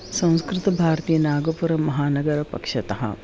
संस्कृतभारतीयनागपुरमहानगरपक्षतः